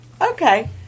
okay